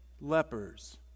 lepers